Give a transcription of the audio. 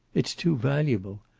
it's too valuable.